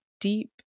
deep